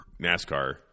nascar